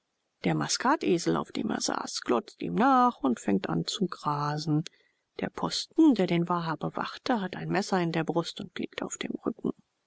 der maskatesel auf dem er saß glotzt ihm nach und fängt an zu grasen der posten der den waha bewachte hat ein messer in der brust und liegt auf dem rücken